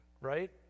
right